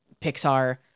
Pixar